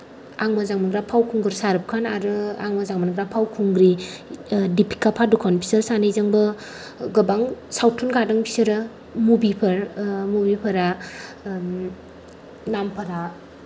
आं मोजां मोनग्रा फावखुंगुर शाहरुख खान आरो आं मोजां मोनग्रा फावखुंग्रि दिपिका पादुकन बिसोर सानैजोंबो गोबां सावथुन गादों बिसोरो मुभिफोर मुभिफोरा नामफोरा